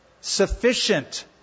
Sufficient